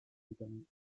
becoming